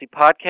Podcast